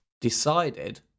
Decided